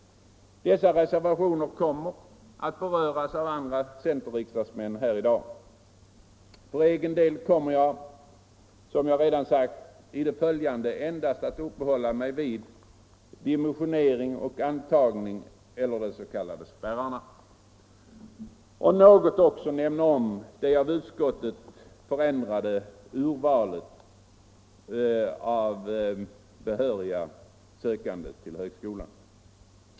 Dessa reservationer kommer att beröras av andra centerriksdagsmän här i dag. För egen del kommer jag i det följande endast, såsom jag redan tidigare har sagt, att uppehålla mig vid dimensionering och antagning — eller de s.k. spärrarna. Jag skall också nämna något om det av utskottet förändrade urvalet av behöriga sökande till högskolan.